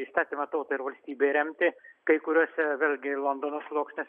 įstatymą tautai ir valstybei remti kai kuriuose vėlgi londono sluoksniuose